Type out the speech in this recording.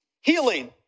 Healing